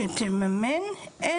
שתממן,